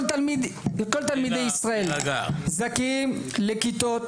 כל תלמיד כל תלמידי ישראל זכאים לכיתות